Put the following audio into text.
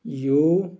U